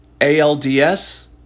ALDS